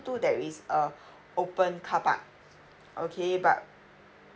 two there is a open carpark okay but